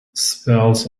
spells